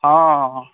हँ